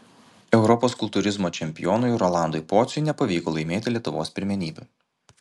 europos kultūrizmo čempionui rolandui pociui nepavyko laimėti lietuvos pirmenybių